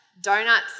donuts